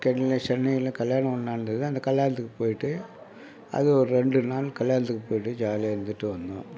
கல்யாண் சென்னையில் கல்யாணம் ஒன்று நடந்தது அந்த கல்யாணத்துக்கு போய்விட்டு அது ஒரு ரெண்டு நாள் கல்யாணத்துக்கு போய்விட்டு ஜாலியாக இருந்துவிட்டு வந்தோம்